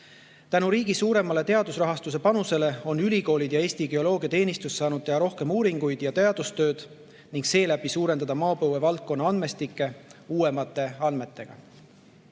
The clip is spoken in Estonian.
Tänu riigi suuremale teadusrahastuse panusele on ülikoolid ja Eesti Geoloogiateenistus saanud teha rohkem uuringuid ja teadustööd ning seeläbi suurendada maapõuevaldkonna andmestikke uuemate andmetega.